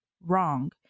wrong